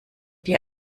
dir